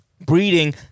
breeding